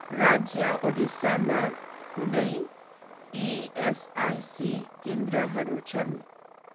राज्य ओडिसामा कुनै इएसआइसी केन्द्रहरू छन्